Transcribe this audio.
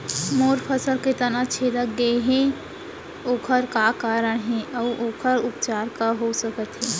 मोर फसल के तना छेदा गेहे ओखर का कारण हे अऊ ओखर उपचार का हो सकत हे?